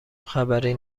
خبری